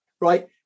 right